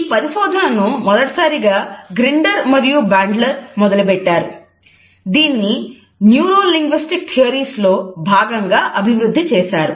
ఈ పరిశోధనను మొదటిసారిగా గ్రిండెర్లో భాగంగా అభివృద్ధి చేశారు